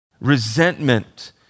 Resentment